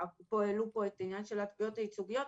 אפרופו העלו פה את העניין של התביעות הייצוגיות,